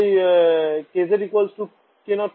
তাই kz k0 cos θ